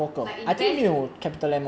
like invent 有